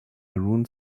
maroon